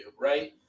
right